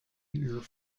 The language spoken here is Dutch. uur